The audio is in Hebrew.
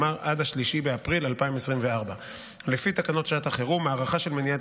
כלומר עד 3 באפריל 2024. לפי תקנות שעת חירום ההארכה של מניעת